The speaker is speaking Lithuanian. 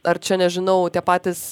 ar čia nežinau tie patys